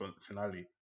finale